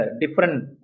different